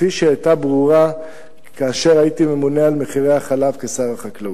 כפי שהיתה ברורה כאשר הייתי ממונה על מחירי החלב כשר החקלאות.